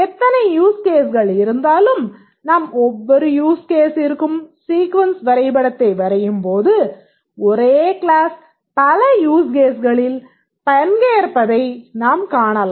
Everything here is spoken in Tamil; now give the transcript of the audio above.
எத்தனை யூஸ் கேஸ்களிருந்தாலும் நாம் ஒவ்வொரு யூஸ் கேஸிற்கும் சீக்வென்ஸ் வரைபடத்தை வரையும்போது ஒரே க்ளாஸ் பல யூஸ் கேஸ்களில் பங்கேற்பதை நாம் காணலாம்